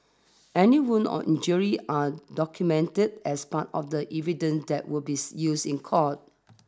any wounds or injuries are documented as part of the evidence that will be used in court